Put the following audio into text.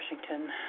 Washington